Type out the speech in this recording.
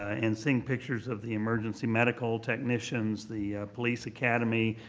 ah and seeing pictures of the emergency medical technicians, the police academy,